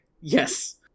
Yes